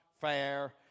fair